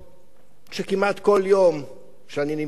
שכמעט כל יום שאני נמצא בהם